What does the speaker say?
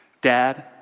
Dad